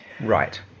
Right